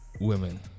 women